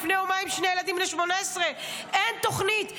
לפני יומיים שני ילדים בני 18. אין תוכנית,